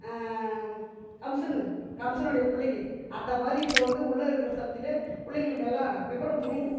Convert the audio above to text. கம்சனுக்கு கம்சனுடைய பிள்ளைக்கி அத்த மாதிரி இப்போது வந்து உள்ள இருக்கிற சமயத்திலே பிள்ளைங்களுக்கு எல்லாம் விவரம் புரியுது